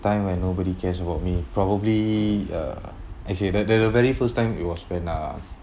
a time when nobody cares about me probably uh actually that the the very first time it was when uh